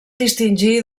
distingir